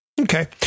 Okay